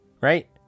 Right